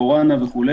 קורונה וכו'.